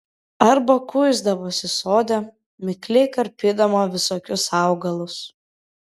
arba kuisdavosi sode mikliai karpydama visokius augalus